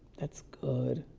that's good.